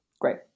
Great